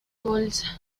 bolsa